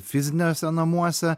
fiziniuose namuose